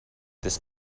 this